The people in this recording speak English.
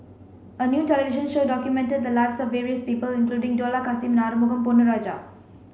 a new television show documented the lives of various people including Dollah Kassim and Arumugam Ponnu Rajah